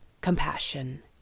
compassion